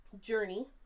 journey